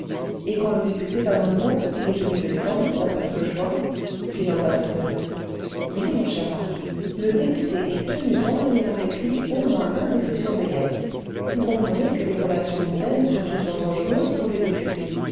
et quand le député va clans le monde il est tenu de les emmener d'après ce que je vois fit l'ambassadeur oui mon cher marquis le député est tenu d'emmener avec lui un au moins de ses surveillants vous comprenez que les relations mondaines surtout sont dangereuses pour le député